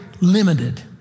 limited